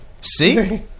See